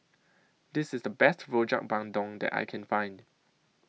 This IS The Best Rojak Bandung that I Can Find